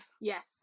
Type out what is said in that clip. yes